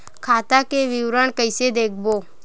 खाता के विवरण कइसे देखबो?